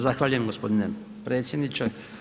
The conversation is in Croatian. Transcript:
Zahvaljujem gospodine predsjedniče.